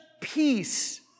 peace